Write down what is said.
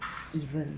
even